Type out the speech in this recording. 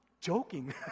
joking